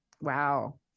Wow